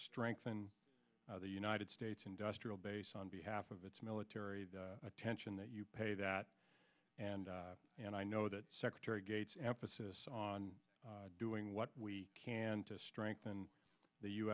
strengthen the united states industrial base on behalf of its military attention that you pay that and and i know that secretary gates emphasis on doing what we can to strengthen the u